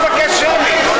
מי מסמיך אותו לבקש שמית?